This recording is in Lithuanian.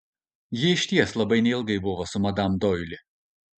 ji išties labai neilgai buvo su madam doili